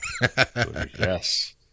Yes